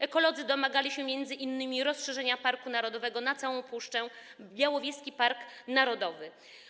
Ekolodzy domagali się m.in. rozszerzenia parku narodowego na całą puszczę, chodzi o Białowieski Park Narodowy.